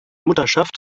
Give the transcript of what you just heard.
mutterschaft